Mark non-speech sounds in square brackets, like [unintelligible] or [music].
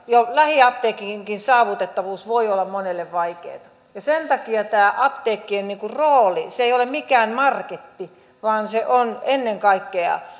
jo lähiapteekinkin saavutettavuus voi olla monelle vaikeata ja sen takia tämä apteekkien rooli se ei ole mikään marketti on olla ennen kaikkea [unintelligible]